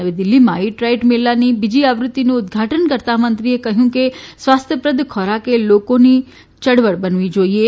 નવી દિલ્ફીમાં eat right mela બીજી આવૃતિનું ઉદઘાટન કરતા મંત્રીએ કહ્યું કે સ્વાસ્થ્યપ્રદ ખોરાક એ લોકોની ચળવણ બનવી જોઇએ